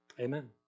Amen